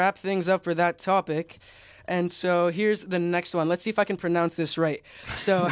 wrap things up for that topic and so here's the next one let's see if i can pronounce this right so